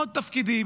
עוד תפקידים,